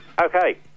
Okay